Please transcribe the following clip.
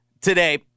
today